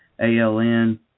ALN